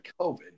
COVID